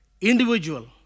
individual